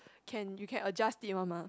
can you can adjust it one mah